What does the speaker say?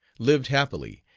lived happily,